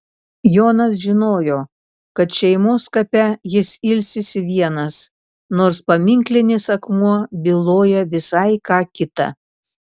jonas žinojo kad šeimos kape jis ilsisi vienas nors paminklinis akmuo byloja visai ką kita